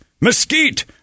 mesquite